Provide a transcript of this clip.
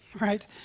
right